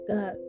God